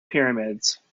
pyramids